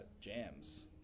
jams